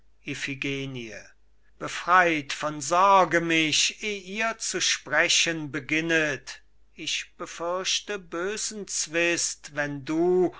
befreit von sorge mich eh ihr zu sprechen beginnet ich befürchte bösen zwist wenn du